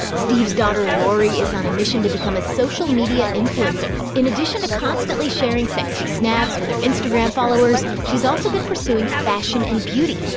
steve's daughter lori is on a mission to become a social media influencer. in addition to constantly sharing sexy snaps with her instagram followers, she's also been pursuing fashion and beauty.